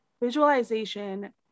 Visualization